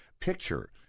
picture